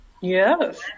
Yes